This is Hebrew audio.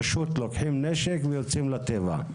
פשוט לוקחים נשק ויוצאים לטבע.